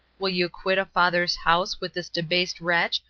will you quit a father's house with this debased wretch,